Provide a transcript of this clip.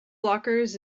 blockers